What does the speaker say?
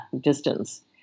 distance